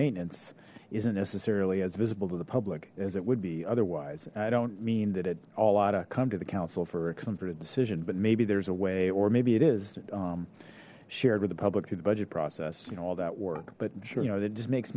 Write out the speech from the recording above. maintenance isn't necessarily as visible to the public as it would be otherwise i don't mean that it all oughta come to the council for a comfort of decision but maybe there's a way or maybe it is shared with the public through the budget process you know all that work but you know it just makes